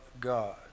God